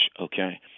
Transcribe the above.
Okay